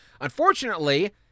Unfortunately